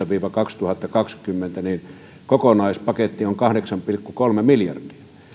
viiva kaksituhattakaksikymmentä niin kokonaispaketti on kahdeksan pilkku kolme miljardia